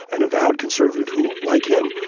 an avowed conservative who like him,